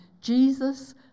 Jesus